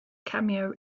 cameo